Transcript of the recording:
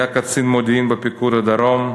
היה קצין מודיעין בפיקוד הדרום,